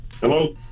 Hello